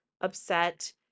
upset